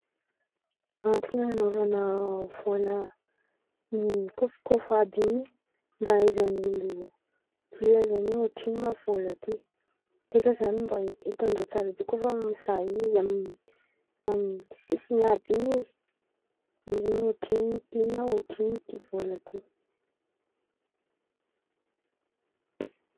Antony anan̈aovan̈a vôla mikôfokôfo àby in̈y mba hahaizan̈a'olo gila zen̈y oe ohatrin̈o ma vôla ty beka zan̈y hitandreo tsara be kô fa mizaha izy ami-amy sisin̈y àby in̈y izy, izy ôtrin̈o na ôtrin̈o vôla ty.